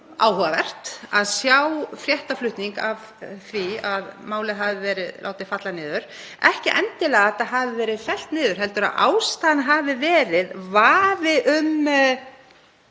áhugavert að sjá fréttaflutning af því að málið hefði verið látið falla niður, ekki endilega að þetta hefði verið fellt niður heldur að ástæðan hefði verið vafi